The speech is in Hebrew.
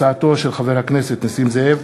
הצעתו של חבר הכנסת נסים זאב.